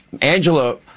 Angela